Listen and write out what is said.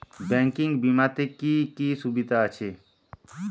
Banking বিমাতে কি কি সুবিধা আছে?